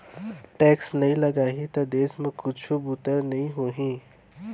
tax नइ लगाही त देस म कुछु बुतेच नइ होही